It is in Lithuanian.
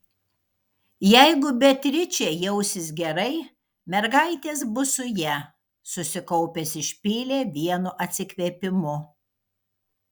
jeigu beatričė jausis gerai mergaitės bus su ja susikaupęs išpylė vienu atsikvėpimu